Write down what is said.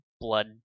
blood